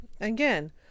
Again